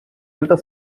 helter